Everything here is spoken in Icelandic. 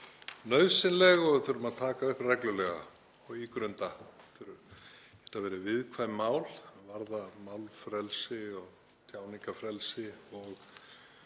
nauðsynleg og við þurfum að taka upp reglulega og ígrunda. Þetta hafa verið viðkvæm mál er varða málfrelsi og tjáningarfrelsi og